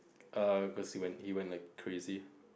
err cause he he went like crazy